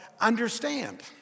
understand